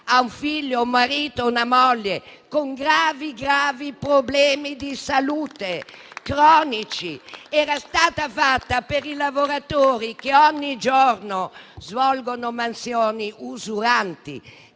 ha un figlio, un marito o una moglie con gravi problemi di salute cronici. Era stata pensata per i lavoratori che ogni giorno svolgono mansioni usuranti,